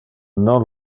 non